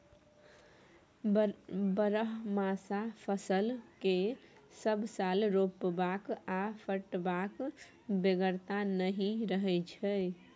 बरहमासा फसल केँ सब साल रोपबाक आ कटबाक बेगरता नहि रहै छै